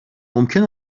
ممکن